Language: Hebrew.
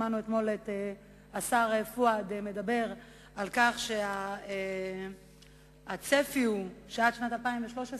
שמענו אתמול את השר פואד מדבר על כך שהצפי הוא שעד שנת 2013